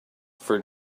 for